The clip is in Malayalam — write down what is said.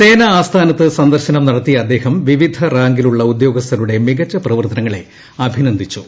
സേനാആസ്ഥാനത്ത് സന്ദർശനം നടത്തിയ അദ്ദേഹം വിവിധ റാങ്കിലുള്ള ഉദ്യോഗസ്ഥരുടെ മികച്ച പ്രവർത്തനങ്ങളെ അഭിനന്ദിച്ചു